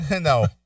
no